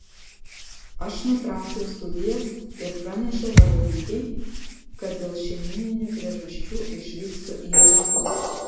aš nutraukiau studijas ir pranešiau vadovybei kad dėl šeimyninių priežasčių išvykstu į europą